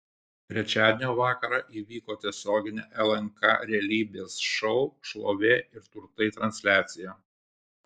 trečiadienio vakarą įvyko tiesioginė lnk realybės šou šlovė ir turtai transliacija